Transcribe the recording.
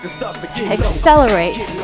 Accelerate